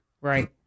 Right